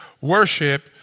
worship